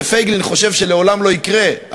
שפייגלין חושב שלעולם לא יקרה,